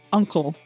uncle